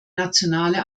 nationale